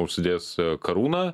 užsidės karūną